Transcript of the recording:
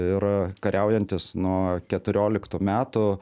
ir kariaujantys nuo keturioliktų metų